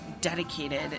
dedicated